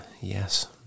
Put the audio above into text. yes